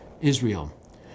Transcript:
Israel